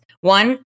One